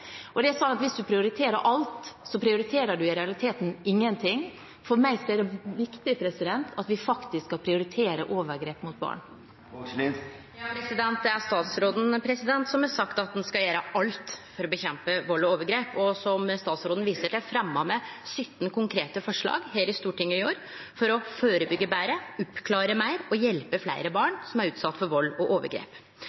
det er sånn at hvis man prioriterer alt, prioriterer man i realiteten ingenting. For meg er det viktig at vi faktisk skal prioritere overgrep mot barn. Det er statsråden som har sagt at ein skal gjere alt for å nedkjempe vald og overgrep. Som statsråden viser til, fremjar me 17 konkrete forslag her i Stortinget i år for å førebyggje betre, oppklare meir og hjelpe fleire barn